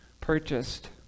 purchased